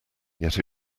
yet